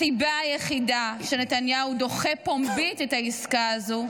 הסיבה היחידה שנתניהו דוחה פומבית את העסקה הזו,